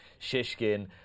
Shishkin